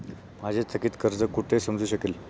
माझे थकीत कर्ज कुठे समजू शकेल?